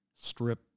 strip